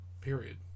Period